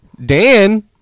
Dan